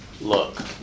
look